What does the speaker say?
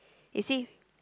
it say